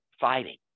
fighting